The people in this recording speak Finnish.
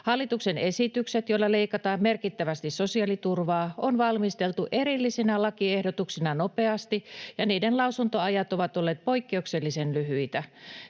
Hallituksen esitykset, joilla leikataan merkittävästi sosiaaliturvaa, on valmisteltu erillisinä lakiehdotuksina nopeasti, ja niiden lausuntoajat ovat olleet poikkeuksellisen lyhyitä.